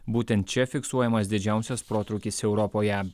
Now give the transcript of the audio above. būtent čia fiksuojamas didžiausias protrūkis europoje